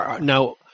now